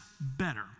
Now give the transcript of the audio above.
better